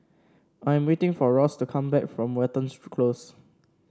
I am waiting for Ross to come back from Watten's Close